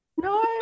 No